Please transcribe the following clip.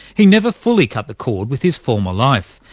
he never fully cut the cord with his former life,